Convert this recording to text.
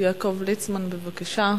יעקב ליצמן, בבקשה,